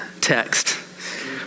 text